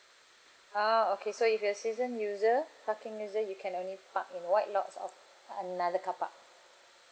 ah okay so if you're a season user parking user you can only park in white lots of another car park